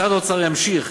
משרד האוצר ימשיך